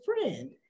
friend